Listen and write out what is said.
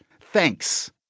Thanks